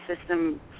system